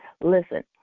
listen